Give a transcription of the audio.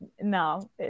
No